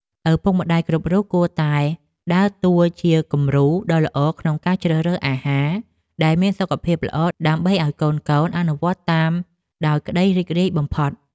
ឪពុកម្តាយគ្រប់រូបគួរតែដើរតួជាគំរូដ៏ល្អក្នុងការជ្រើសរើសអាហារដែលមានសុខភាពល្អ ដើម្បីឲ្យកូនៗអនុវត្តតាមដោយក្តីរីករាយបំផុត។